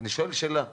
אני שואל שאלה פשוטה.